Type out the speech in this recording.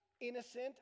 innocent